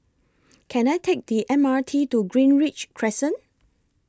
Can I Take The M R T to Greenridge Crescent